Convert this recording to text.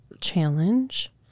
challenge